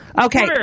Okay